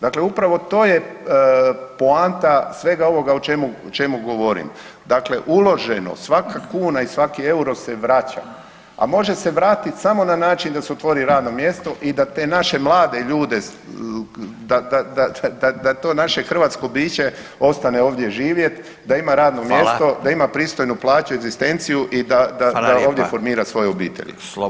Dakle, upravo to je poanta svega ovoga o čemu govorim, dakle uloženo svaka kuna i svaki euro se vraća, a može se vratiti samo na način da se otvori radno mjesto i da te naše mlade ljude, da to naše hrvatsko biće ostane ovdje živjet, da ima radno mjesto, da ima pristojnu plaću [[Upadica Radin: Hvala.]] egzistenciju i da ovdje formira svoje obitelji.